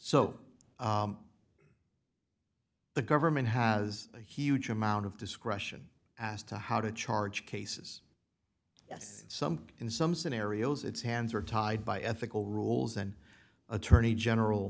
so the government has a huge amount of discretion as to how to charge cases some in some scenarios its hands are tied by ethical rules and attorney general